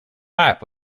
lap